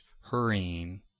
hurrying